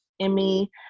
Emmy